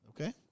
Okay